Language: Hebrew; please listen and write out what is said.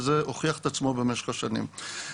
וזה הוכיח את עצמו במשך השנים.